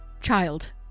child